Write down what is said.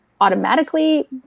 automatically